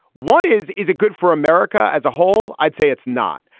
one is, is it good for america as a whole? i'd say it's not.